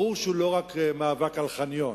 ברור שהוא לא רק מאבק על חניון.